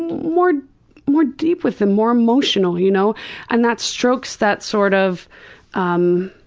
more more deep with them, more emotional you know and that strokes that sort of um